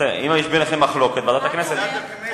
ועדת הכספים.